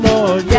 Lord